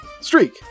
Streak